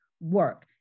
work